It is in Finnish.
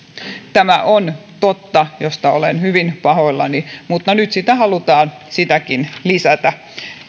tämä on totta mistä olen hyvin pahoillani mutta nyt halutaan sitäkin lisätä